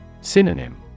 Synonym